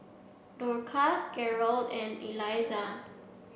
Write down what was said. Dorcas Garold and Elizah